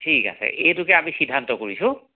ঠিক আছে এইটোকে আমি সিদ্ধান্ত কৰিছোঁ